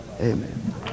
Amen